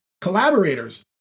Collaborators